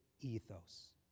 ethos